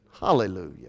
Hallelujah